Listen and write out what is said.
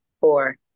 four